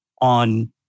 on